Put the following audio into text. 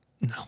No